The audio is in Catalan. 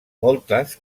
moltes